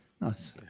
nice